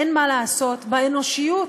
אין מה לעשות, האנושיות,